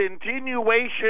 continuation